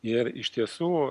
ir iš tiesų